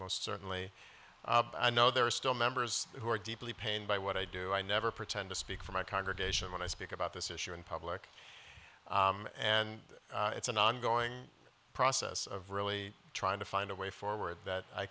most certainly i know there are still members who are deeply pained by what i do i never pretend to speak for my congregation when i speak about this issue in public and it's an ongoing process of really trying to find a way forward that i